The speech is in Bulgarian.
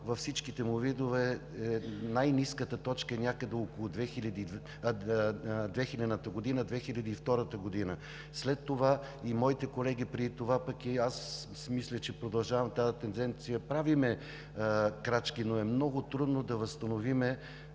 във всичките му видове – най-ниската точка е някъде около 2000 – 2002 г. След това, и моите колеги преди това, пък и аз – мисля, че продължавам тази тенденция, правим крачки, но е много трудно да възстановим